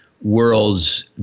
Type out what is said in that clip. world's